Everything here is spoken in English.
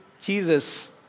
Jesus